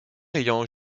ayant